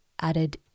added